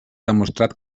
demostrat